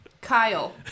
Kyle